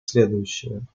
следующее